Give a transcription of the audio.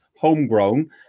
homegrown